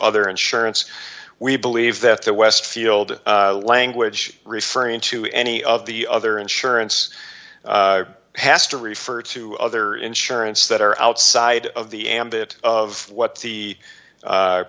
other insurance we believe that the westfield language referring to any of the other insurance has to refer to other insurance that are outside of the ambit of what the